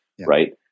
Right